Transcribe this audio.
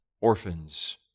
Orphans